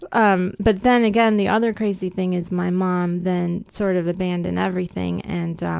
um but then again, the other crazy thing is my mom then sort of abandoned everything and